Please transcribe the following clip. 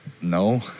no